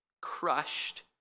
crushed